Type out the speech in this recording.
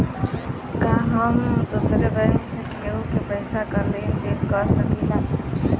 का हम दूसरे बैंक से केहू के पैसा क लेन देन कर सकिला?